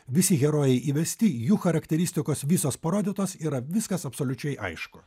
visi herojai įvesti jų charakteristikos visos parodytos yra viskas absoliučiai aišku